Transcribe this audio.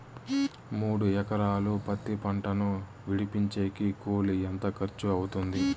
మూడు ఎకరాలు పత్తి పంటను విడిపించేకి కూలి ఎంత ఖర్చు అవుతుంది?